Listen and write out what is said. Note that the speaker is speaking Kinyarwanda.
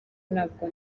ntabwo